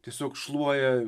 tiesiog šluoja